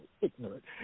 ignorant